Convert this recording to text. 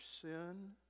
sin